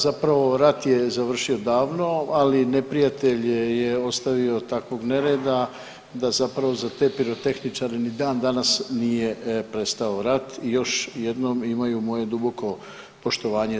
Zapravo rat je završio davno, ali neprijatelj je ostavio takvog nereda da zapravo za te pirotehničare ni danas nije prestao rat i još jednom imaju moje duboko poštovanje.